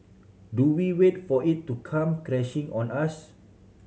do we wait for it to come crashing on us